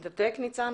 התנתקה.